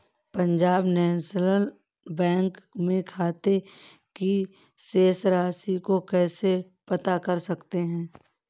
Punjab national bank में खाते की शेष राशि को कैसे पता कर सकते हैं?